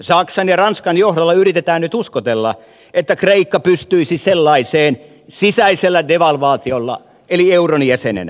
saksan ja ranskan johdolla yritetään nyt uskotella että kreikka pystyisi sellaiseen sisäisellä devalvaatiolla eli euron jäsenenä